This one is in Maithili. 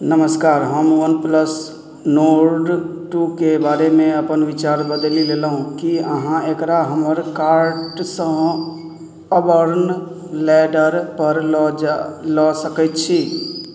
नमस्कार हम वन प्लस नोड टू के बारेमे अपन विचार बदलि लेलहुँ कि अहाँ एकरा हमर काॅर्टसँ अर्बन लैडरपर लऽ जा लऽ सकै छी